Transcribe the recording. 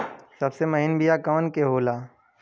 सबसे महीन बिया कवने के होला?